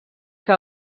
que